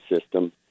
system